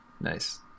nice